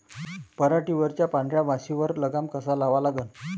पराटीवरच्या पांढऱ्या माशीवर लगाम कसा लावा लागन?